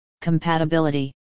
Compatibility